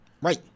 Right